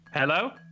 Hello